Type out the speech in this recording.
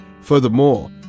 Furthermore